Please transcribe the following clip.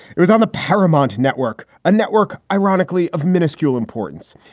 it was on the paramount network, a network, ironically, of minuscule importance.